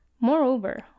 moreover